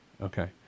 Okay